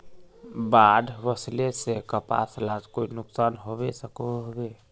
बाढ़ वस्ले से कपास लात कोई नुकसान होबे सकोहो होबे?